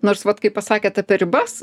nors vat kai pasakėt apie ribas